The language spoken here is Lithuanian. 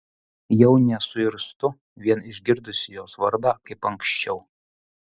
jau nesuirztu vien išgirdusi jos vardą kaip anksčiau